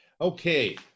Okay